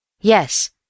Yes